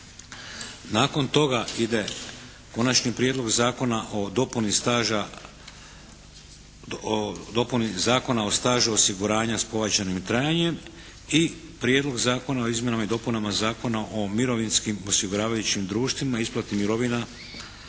Nakon toga ide Konačni prijedlog Zakona o dopuni staža, dopuni Zakona o stažu osiguranja s povećanim trajanjem i Prijedlog zakona o izmjenama i dopunama Zakona o mirovinskim osiguravajućim društvima, isplati mirovina